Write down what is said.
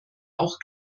auch